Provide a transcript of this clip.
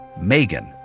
Megan